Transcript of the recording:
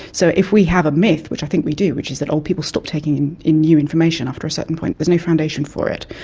so if we are have a myth, which i think we do, which is that old people stop taking in new information after a certain point, there's no foundation for it.